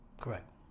Correct